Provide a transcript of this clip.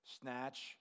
snatch